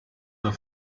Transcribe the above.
were